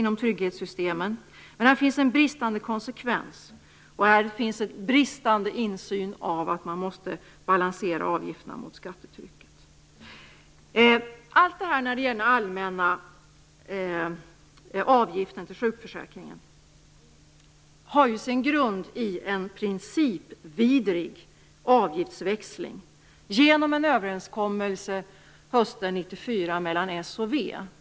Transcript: Men här finns en bristande konsekvens och en bristande insyn om att man måste balansera avgifterna mot skattetrycket. Allt det här som gäller avgifterna till sjukförsäkringen har sin grund i en principvidrig avgiftsväxling genom en överenskommelse hösten 1994 mellan Socialdemokraterna och Vänsterpartiet.